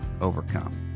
overcome